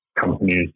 companies